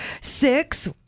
Six